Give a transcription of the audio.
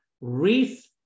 wreath